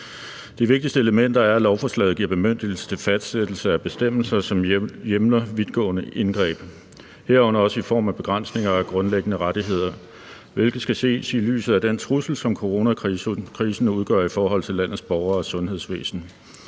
De vigtigste elementer er, at lovforslaget giver bemyndigelse til fastsættelse af bestemmelser, som hjemler vidtgående indgreb, herunder også i form af begrænsninger af grundlæggende rettigheder, hvilket skal ses i lyset af den trussel, som coronakrisen udgør i forhold til landets borgere og sundhedsvæsen.